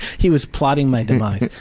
he was plotting my demise.